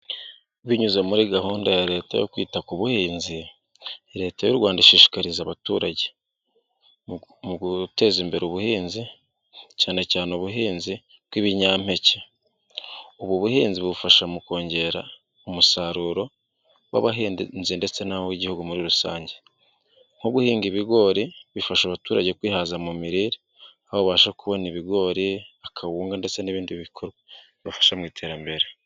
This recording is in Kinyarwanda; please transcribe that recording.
Binyuze muri gahunda ya Leta yo kwita ku buhinzi, Leta y'u Rwanda ishishikariza abaturage guteza imbere ubuhinzi, cyane cyane ubuhinzi bw'ibinyampeke. Ubu buhinzi bufasha mu kongera umusaruro w'abahinzi ndetse nuw'igihugu muri rusange. Nko guhinga ibigori bifasha abaturage kwihaza mu mirire, aho babasha kubona ibigori, akawunga ndetse n'ibindi bikorwa bifasha mu iterambere.